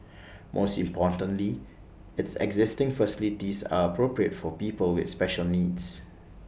most importantly its existing facilities are appropriate for people with special needs